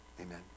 amen